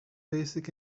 basic